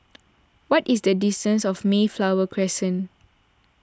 what is the distance to Mayflower Crescent